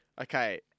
Okay